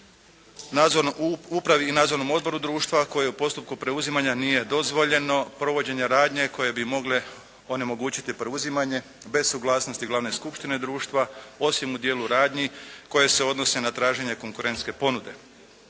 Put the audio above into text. u upravi i nadzor u odboru društva koji je u postupku preuzimanja nije dozvoljeno provođenje radnje koje bi mogle onemogućiti preuzimanje bez suglasnosti glavne skupštine društva osim u dijelu radnji koje se odnose na traženje konkurentske ponude.